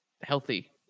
Healthy